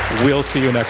we'll see you